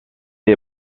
est